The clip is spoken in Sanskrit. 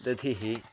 दधिः